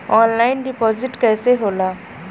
Online deposit कैसे होला?